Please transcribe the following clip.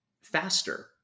faster